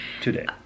Today